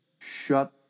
shut